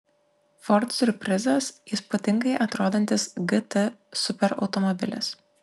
ford siurprizas įspūdingai atrodantis gt superautomobilis